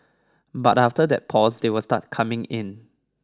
but after that pause they will start coming in